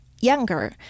younger